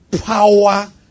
power